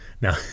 Now